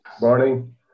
Morning